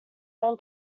own